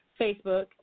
Facebook